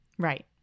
Right